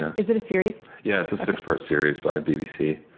is it a series? yeah. it's a six-part series by bbc,